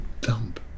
dump